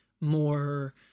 more